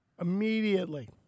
Immediately